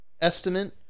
Estimate